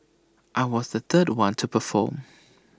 I was the third one to perform